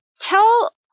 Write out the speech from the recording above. tell